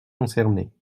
concernés